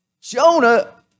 Jonah